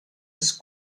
des